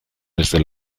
desde